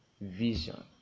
vision